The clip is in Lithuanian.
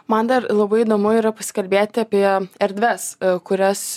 man dar labai įdomu yra pasikalbėti apie erdves kurias